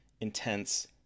intense